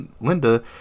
Linda